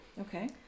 Okay